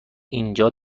اینجا